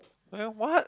oh yeah what